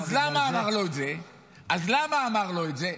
אז למה אמר לו את זה?